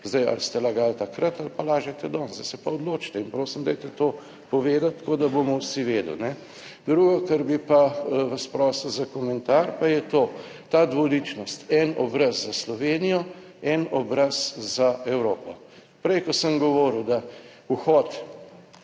Zdaj ali ste lagali takrat ali pa lažete danes, zdaj se pa odločite in prosim, dajte to povedati tako, da bomo vsi vedeli. Drugo, kar bi pa vas prosil za komentar, pa je to ta dvoličnost, en obraz za Slovenijo, en obraz za Evropo. Prej, ko sem govoril, da vhod